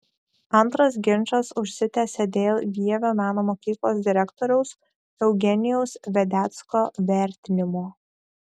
antras ginčas užsitęsė dėl vievio meno mokyklos direktoriaus eugenijaus vedecko vertinimo